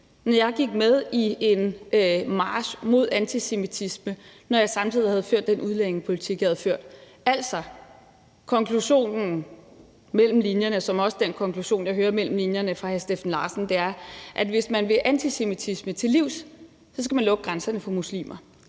når jeg gik med i en march mod antisemitisme, når jeg samtidig havde ført den udlændingepolitik, jeg havde ført. Altså, konklusionen mellem linjerne, som også er den konklusion, jeg hører mellem linjerne fra hr. Steffen Larsen, er, at hvis man vil antisemitisme til livs, skal man lukke grænserne for muslimer.